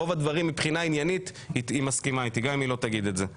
רוב הדברים מבחינה עניינית היא מסכימה איתי גם אם היא לא תגיד את זה.